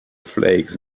flakes